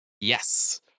Yes